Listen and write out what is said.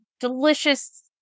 delicious